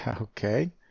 okay